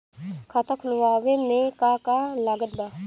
खाता खुलावे मे का का लागत बा?